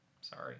Sorry